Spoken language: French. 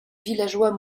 villageois